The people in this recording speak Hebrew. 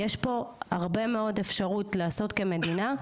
יש פה הרבה מאוד אפשרות לעשות כמדינה,